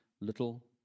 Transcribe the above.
little